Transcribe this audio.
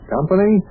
Company